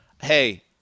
Hey